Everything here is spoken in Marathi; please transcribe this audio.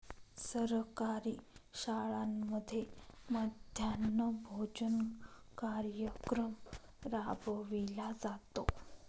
सरकारी शाळांमध्ये मध्यान्ह भोजन कार्यक्रम राबविला जातो